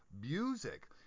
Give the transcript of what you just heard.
music